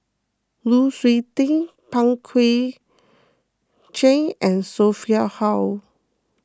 Lu Suitin Pang Guek Cheng and Sophia Hull